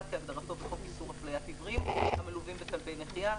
כהגדרתו בחוק איסור הפליית עיוורים המלווים בכלבי נחייה,